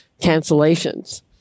cancellations